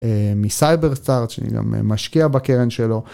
מסייברסטארט שאני גם משקיע בקרן שלו.